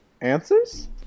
answers